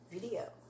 video